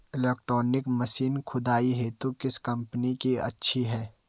Electronic machine खुदाई हेतु किस कंपनी की अच्छी है?